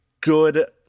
good